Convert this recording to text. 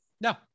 No